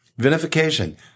Vinification